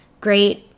great